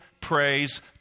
praise